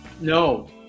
No